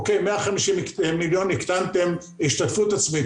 אוקי, הקטנתם 150 מיליון להשתתפות עצמית.